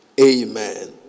Amen